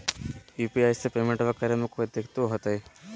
UPI से पेमेंटबा करे मे कोइ दिकतो होते?